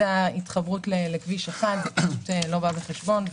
ההתחברות לכביש 1. זה לא בא בחשבון.